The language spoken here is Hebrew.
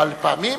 אבל לפעמים